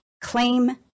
claim